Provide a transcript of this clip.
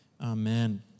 Amen